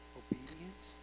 obedience